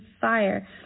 fire